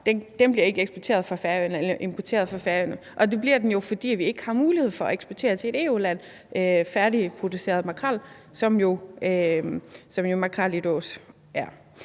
faktisk ikke importeres fra Færøerne, og det bliver den jo ikke, fordi vi ikke har mulighed for at eksportere færdigproduceret makrel, som makrel i dåse er,